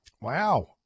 Wow